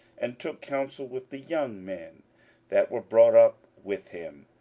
and took counsel with the young men that were brought up with him,